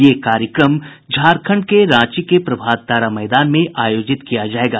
यह कार्यक्रम झारखंड में रांची के प्रभात तारा मैदान में आयोजित किया जायेगा